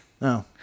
No